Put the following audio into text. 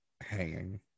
hanging